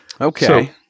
Okay